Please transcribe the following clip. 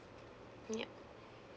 yup